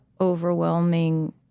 overwhelming